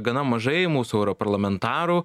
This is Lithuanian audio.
gana mažai mūsų europarlamentarų